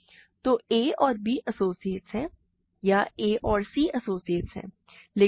तो a और b associates हैं या a और c एसोसिएट्स हैं